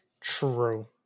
True